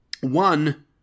One